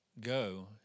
Go